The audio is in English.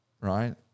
right